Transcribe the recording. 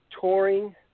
touring